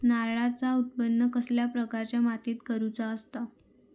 नारळाचा उत्त्पन कसल्या प्रकारच्या मातीत करूचा असता?